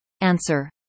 Answer